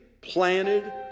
planted